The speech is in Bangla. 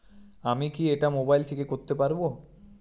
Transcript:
আমি কি এটা মোবাইল থেকে করতে পারবো?